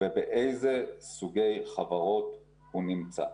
ובאיזה סוגי חברות הוא נמצא.